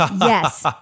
Yes